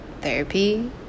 therapy